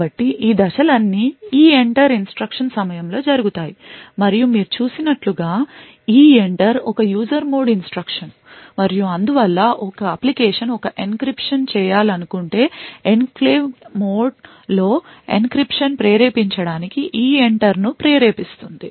కాబట్టి ఈ దశలన్నీ EENTER ఇన్స్ట్రక్షన్ సమయంలో జరుగుతాయి మరియు మీరు చూసినట్లుగా EENTER ఒక user మోడ్ ఇన్స్ట్రక్షన్ మరియు అందువల్ల ఒక అప్లికేషన్ ఒక encryption చేయాలనుకుంటే ఎన్క్లేవ్ మోడ్ లో encryption ప్రేరేపించడానికి EENTER ను ప్రేరేపిస్తుంది